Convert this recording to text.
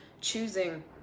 Choosing